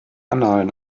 annalen